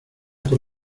por